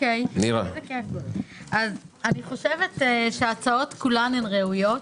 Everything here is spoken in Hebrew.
אני חושבת שההצעות כולן הן ראויות.